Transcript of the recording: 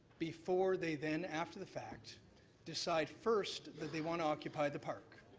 before they then after the fact decide first that they want to occupy the park,